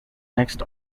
next